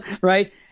right